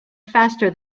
faster